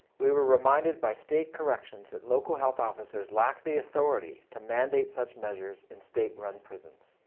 we were reminded by state corrections that local health officers lack the authority to mandate such measures in state-run prisons.